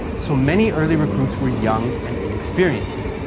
so many early recruits were young and inexperienced.